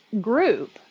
group